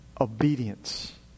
obedience